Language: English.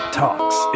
talks